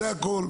זה הכול.